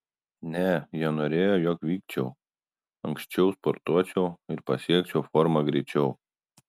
ne jie norėjo jog vykčiau anksčiau sportuočiau ir pasiekčiau formą greičiau